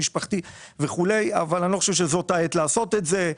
אבל אני לא חושב שזאת העת לעשות את זה.